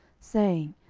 saying,